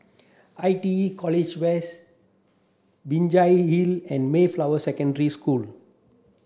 I T E College West Binjai Hill and Mayflower Secondary School